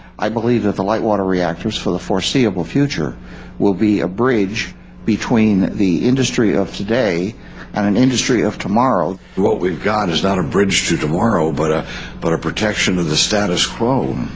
i believe that the light water reactors for the foreseeable future will be a bridge between the industry of today and an industry of tomorrow. what we've got is not a bridge to tomorrow but but a protection of the status quo.